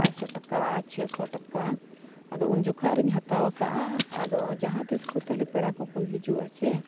ᱯᱟᱸᱥᱥᱚ ᱴᱟᱠᱟ ᱪᱷᱮᱥᱚ ᱴᱟᱠᱟ ᱟᱫᱚ ᱩᱱ ᱡᱚᱠᱷᱮᱡ ᱨᱤᱧ ᱦᱟᱛᱟᱣ ᱟᱠᱟᱜᱼᱟ ᱟᱫᱚ ᱡᱟᱦᱟᱸᱛᱤᱥ ᱠᱚᱛᱟᱞᱮ ᱯᱮᱲᱟ ᱠᱚᱠᱚ ᱦᱤᱡᱩᱜᱼᱟ ᱪᱮ